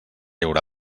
haurà